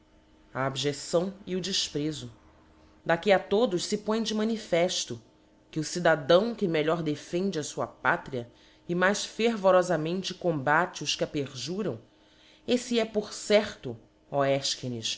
a abjecção e o defprefo daqui a todos fe põe de manifefto que o cidadão que melhor defende a fua pátria e mais ferverofamente combate os que a perjuram effe é por certo ó